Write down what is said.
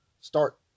start